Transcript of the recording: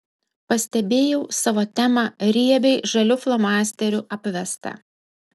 pastebėjau savo temą riebiai žaliu flomasteriu apvestą